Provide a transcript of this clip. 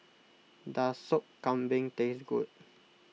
does Sop Kambing taste good